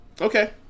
Okay